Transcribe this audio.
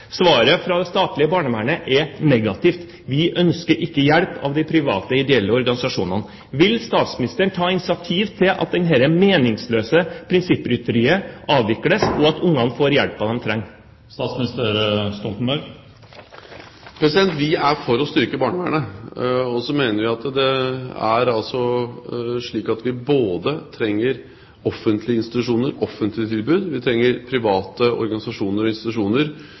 Svaret fra det statlige barnevernet er negativt: Vi ønsker ikke hjelp av de private ideelle organisasjonene. Vil statsministeren ta initiativ til at dette meningsløse prinsipprytteriet avvikles, og at barna får den hjelpen de trenger? Vi er for å styrke barnevernet. Og så mener vi at vi trenger både offentlige institusjoner – offentlige tilbud – og private organisasjoner som kan bidra til barnevernet, og